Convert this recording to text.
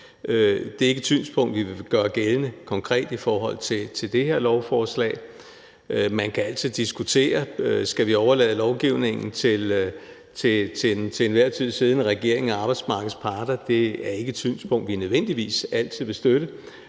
Det er ikke et synspunkt, vi vil gøre gældende konkret i forhold til det her lovforslag. Man kan altid diskutere, om vi skal overlade lovgivningen til den til enhver tid siddende regering og arbejdsmarkedets parter, men det er ikke et synspunkt, vi nødvendigvis altid vil støtte,